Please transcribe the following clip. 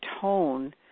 tone